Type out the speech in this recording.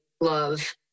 love